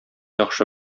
яхшы